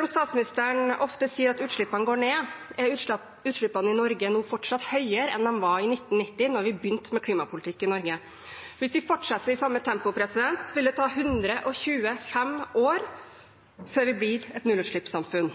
om statsministeren ofte sier at utslippene går ned, er utslippene i Norge nå fortsatt høyere enn de var i 1990, da vi begynte med klimapolitikk i Norge. Hvis vi fortsetter i samme tempo, vil det ta 125 år før vi blir et nullutslippssamfunn.